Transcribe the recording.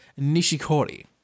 Nishikori